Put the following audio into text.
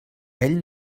ell